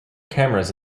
cameras